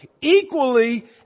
equally